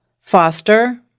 foster